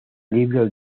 libro